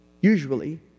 usually